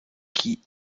qui